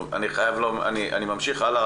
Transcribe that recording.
אני ממשיך הלאה,